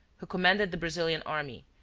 who commanded the brazilian army,